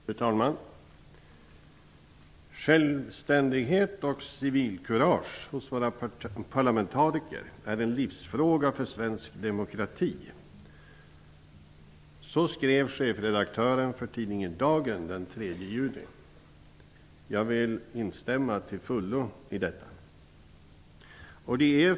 Fru talman! Självständighet och civilkurage hos våra parlamentariker är en livsfråga för svensk demokrati. Så skrev chefredaktören för tidningen Dagen den 3 juni i år. Jag instämmer till fullo i detta.